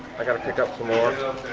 i got to pick up some